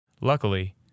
Luckily